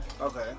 okay